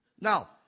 Now